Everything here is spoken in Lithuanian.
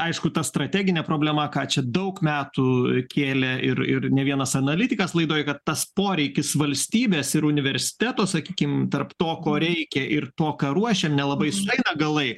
aišku ta strateginė problema ką čia daug metų kėlė ir ir ne vienas analitikas laidoj kad tas poreikis valstybės ir universiteto sakykim tarp to ko reikia ir to ką ruošia nelabai sueina galai